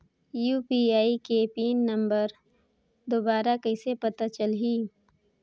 UPI के pin number दुबारा कइसे पता चलही?